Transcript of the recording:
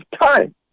time